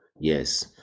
yes